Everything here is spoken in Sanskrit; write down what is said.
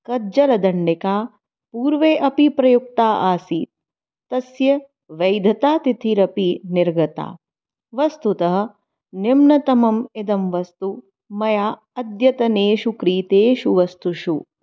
कज्जलदण्डिका पूर्वे अपि प्रयुक्ता आसीत् तस्य वैधतातिथिरपि निर्गता वस्तुतः निम्नतमम् इदं वस्तु मया अद्यतनेषु क्रीतेषु वस्तुषु